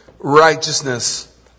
righteousness